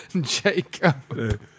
Jacob